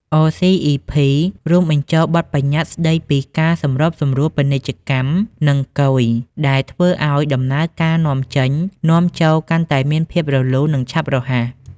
អ សុី អុី ភី(RCEP) រួមបញ្ចូលបទប្បញ្ញត្តិ ស្តីពីការសម្របសម្រួលពាណិជ្ជកម្ម និង គយ ដែលធ្វើឲ្យដំណើរការនាំចេញ-នាំចូលកាន់តែមានភាពរលូន និងឆាប់រហ័ស។